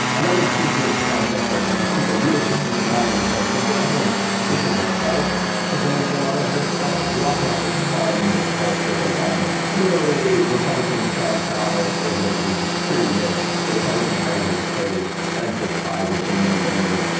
another piece of context that people really should keep in mind is that if you're going to hold clinton herself to blame for a lot of this stuff, you also have to find fault with obama. similarly, republicans crying foul over this is pretty rich. the republican party has curried extensive ties with big money donors,